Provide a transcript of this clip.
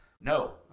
no